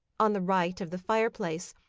on the right of the fireplace,